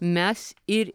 mes ir